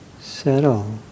Settle